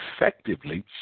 effectively